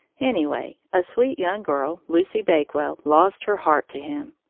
anyway, a sweet young girl, lucy bakewell, lost her heart to him.